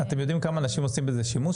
אתם יודעים כמה אנשים עושים בזה שימוש?